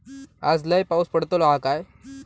आज लय पाऊस पडतलो हा काय?